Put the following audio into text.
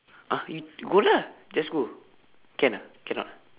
!huh! you go lah just go can ah cannot